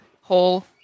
whole